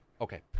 Okay